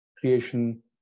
creation